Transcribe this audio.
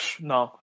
No